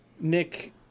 nick